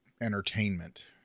entertainment